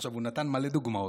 הוא נתן מלא דוגמאות.